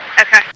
Okay